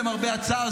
למרבה הצער,